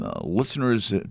listeners